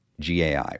GAI